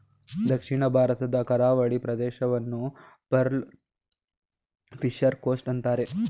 ದಕ್ಷಿಣ ಭಾರತದ ಕರಾವಳಿ ಪ್ರದೇಶವನ್ನು ಪರ್ಲ್ ಫಿಷರಿ ಕೋಸ್ಟ್ ಅಂತರೆ